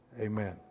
Amen